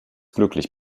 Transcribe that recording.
glücklich